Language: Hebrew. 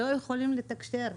לא יכולים לתקשר.